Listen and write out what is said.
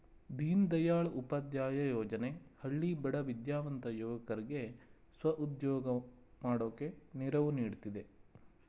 ದೀನದಯಾಳ್ ಉಪಾಧ್ಯಾಯ ಯೋಜನೆ ಹಳ್ಳಿ ಬಡ ವಿದ್ಯಾವಂತ ಯುವಕರ್ಗೆ ಸ್ವ ಉದ್ಯೋಗ ಮಾಡೋಕೆ ನೆರವು ನೀಡ್ತಿದೆ